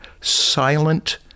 silent